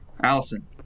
Allison